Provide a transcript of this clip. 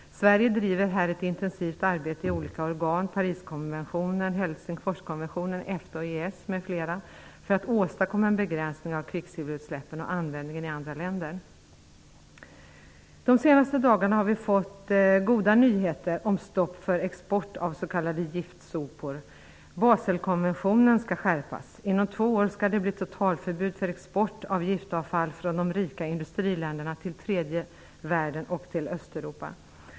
Sverige driver ett intensivt arbete genom olika organ -- Pariskonventionen, De senaste dagarna har vi fått goda nyheter om stopp för export av s.k. giftsopor. Baselkonventionen skall skärpas. Inom två år skall det bli totalförbud för export av giftavfall från de rika industriländerna till tredje världen och till Östeuropa.